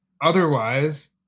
otherwise